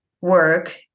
work